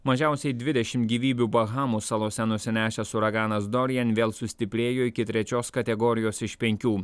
mažiausiai dvidešim gyvybių bahamų salose nusinešęs uraganas dorian vėl sustiprėjo iki trečios kategorijos iš penkių